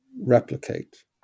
replicate